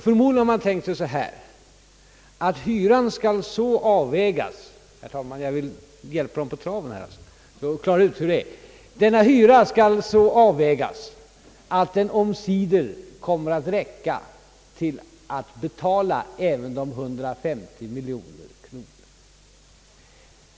Förmodligen har man tänkt sig att hyran skall så avvägas — jag vill, herr talman, hjälpa dem på traven och klara ut hur det är — att den omsider kommer att räcka till att betala även de 150 miljonerna.